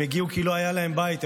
לצערנו, הם הגיעו כי לא היה להם בית.